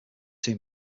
two